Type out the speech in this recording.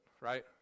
right